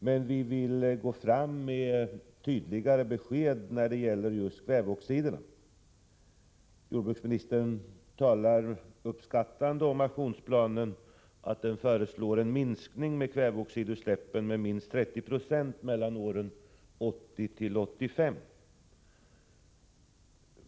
Men vi vill gå fram med tydligare besked när det gäller kväveoxiderna. Jordbruksministern talar uppskattande om att aktionsplanen föreslår en minskning av kväveoxidutsläppen med minst 30 76 mellan åren 1980 och 1995.